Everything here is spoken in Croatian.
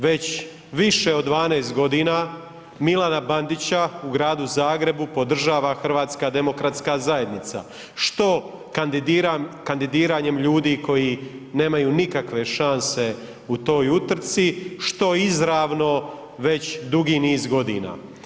Već više od 12 godina Milana Bandića u Gradu Zagrebu podržava HDZ što kandidiranjem ljudi koji nemaju nikakve šanse u toj utrci, što izravno već dugi niz godina.